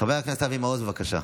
חבר הכנסת אבי מעוז, בבקשה.